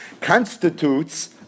constitutes